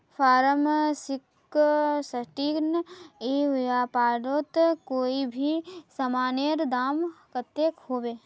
Form sixteen ई व्यापारोत कोई भी सामानेर दाम कतेक होबे?